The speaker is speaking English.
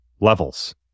levels